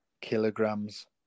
kilograms